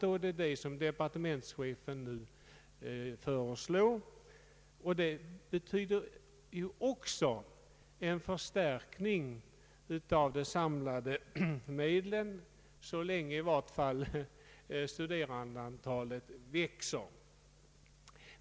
Det är vad departementschefen nu föreslår. Det betyder också en förstärkning av de samlade medlen, i vart fall så länge studerandeantalet växer.